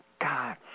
God